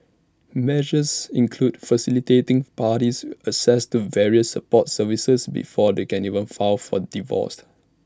measures include facilitating parties access to various support services before they can even file for divorce